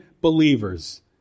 believers